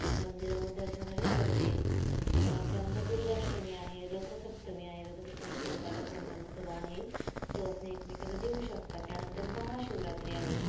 मंदिरामध्ये दर्शनासाठी जात असते त्यानंतर दुर्गाष्टमी आहे रथसप्तमी आहे रथसप्तमीपर्यंत आपण संक्रांतीचं वाण हे सुवासिनी एकमेकींना देऊ शकतात त्यानंतर महाशिवरात्री आहे